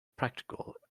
practical